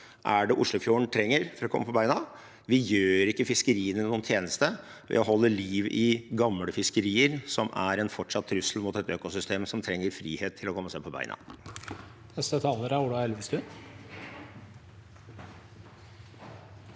er det Oslofjorden trenger for å komme på bena. Vi gjør ikke fiskeriene noen tjeneste ved å holde liv i gamle fiskerier, som er en fortsatt trussel mot et økosystem som trenger frihet til å komme seg på bena.